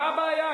מה הבעיה?